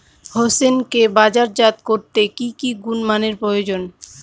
হোসেনকে বাজারজাত করতে কি কি গুণমানের প্রয়োজন?